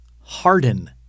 harden